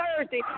Thursday